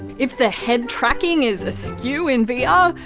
if the head tracking is askew in vr, ah